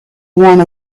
want